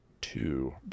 two